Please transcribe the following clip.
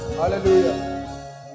Hallelujah